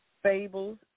Fables